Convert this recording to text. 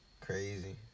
Crazy